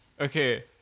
Okay